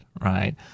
right